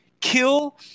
kill